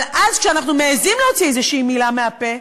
אבל אז, כשאנחנו מעזים להוציא איזושהי מילה מהפה,